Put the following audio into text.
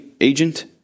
agent